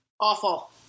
awful